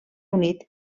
unit